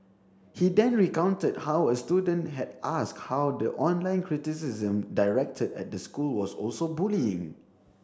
he then recounted how a student had asked how the online criticism directed at the school was also bullying